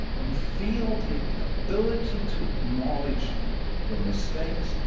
you feel the ability to acknowledge your mistakes,